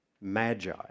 magi